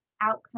outcome